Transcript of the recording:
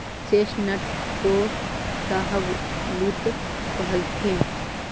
chestnut को शाहबलूत कहथीन